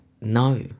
no